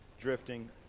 drifting